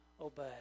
obey